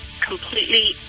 completely